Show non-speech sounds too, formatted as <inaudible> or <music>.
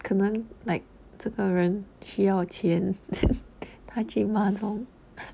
可能 like 这个人需要钱 <laughs> 他去 mahjong